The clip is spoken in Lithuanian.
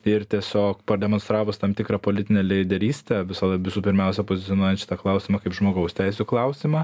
ir tiesiog pademonstravus tam tikrą politinę lyderystę visada visų pirmiausia pozicionuojant šitą klausimą kaip žmogaus teisių klausimą